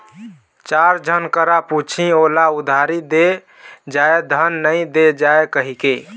चार झन करा पुछही ओला उधारी दे जाय धन नइ दे जाय कहिके